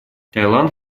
таиланд